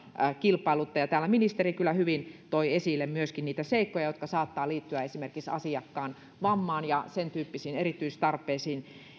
kilpailuttaa täällä ministeri kyllä hyvin toi esille myöskin niitä seikkoja jotka saattavat liittyä esimerkiksi asiakkaan vammaan ja sen tyyppisiin erityistarpeisiin